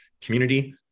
community